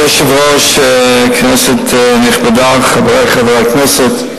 אדוני היושב-ראש, כנסת נכבדה, חברי חברי הכנסת,